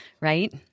Right